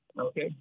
Okay